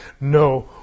no